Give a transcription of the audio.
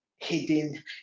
hidden